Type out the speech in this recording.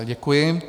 Děkuji.